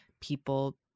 people